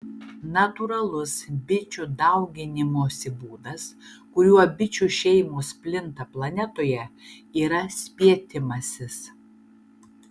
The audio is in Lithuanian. natūralus bičių dauginimosi būdas kuriuo bičių šeimos plinta planetoje yra spietimasis